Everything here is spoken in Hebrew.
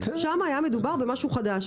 שם היה מדובר במשהו חדש,